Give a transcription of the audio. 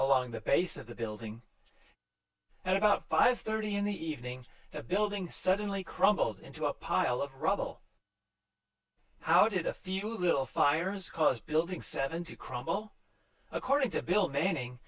along the base of the building at about five thirty in the evening the building suddenly crumbled into a pile of rubble how did a few little fires cause building seven to crumble according to bill manning